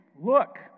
Look